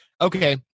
okay